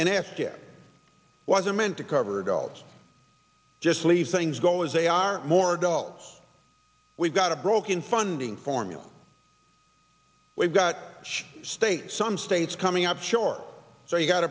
asked it wasn't meant to cover adults just leave things go as they are more adult we've got a broken funding formula we've got states some states coming up short so you got